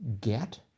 Get